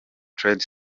trade